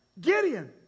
Gideon